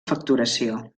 facturació